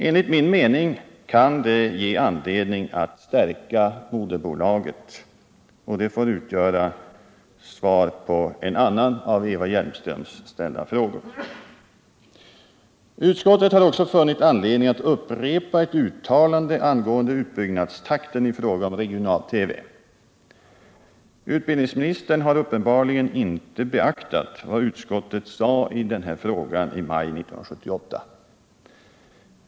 Enligt min mening kan det ge anledning att stärka moderbolaget, och det får utgöra svar på en annan av de av Eva Hjelmström ställda frågorna. Utskottet har också funnit anledning att upprepa ett uttalande angående utbyggnadstakten i fråga om regional-TV. Utbildningsministern har uppenbarligen inte beaktat vad utskottet sade i den här frågan i maj 1978.